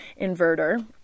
inverter